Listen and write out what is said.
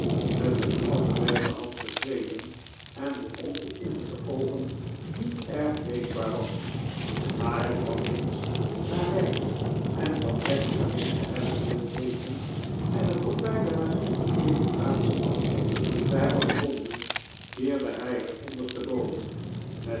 met een ouderwetsche hand geschreven en voor ongeoefende oogen niet erg leesbaar was na het van links naar rechts en van rechts naar links te hebben willen lezen en het op beide manieren even raadselachtig te hebben gevonden keerde hij het ondersteboven met